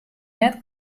net